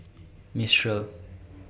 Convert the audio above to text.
Mistral